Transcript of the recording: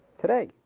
Today